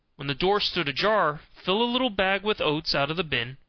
when the door stood ajar, fill a little bag with oats out of the bin,